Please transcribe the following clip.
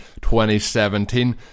2017